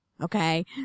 Okay